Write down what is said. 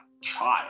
child